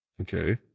Okay